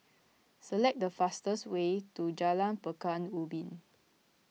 select the fastest way to Jalan Pekan Ubin